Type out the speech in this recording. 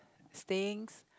stinks